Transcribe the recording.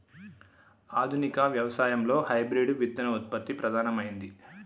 ఆధునిక వ్యవసాయం లో హైబ్రిడ్ విత్తన ఉత్పత్తి ప్రధానమైంది